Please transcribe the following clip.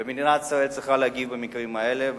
ומדינת ישראל צריכה להגיב במקרים האלה,